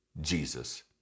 Jesus